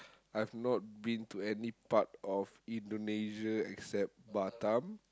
I've not been to any part of Indonesia except Batam